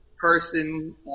person